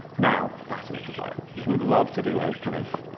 now fascinated by it. would love to do a kind of,